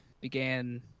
began